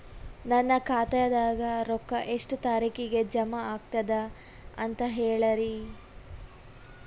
ನನ್ನ ಖಾತಾದಾಗ ರೊಕ್ಕ ಎಷ್ಟ ತಾರೀಖಿಗೆ ಜಮಾ ಆಗತದ ದ ಅಂತ ಹೇಳರಿ?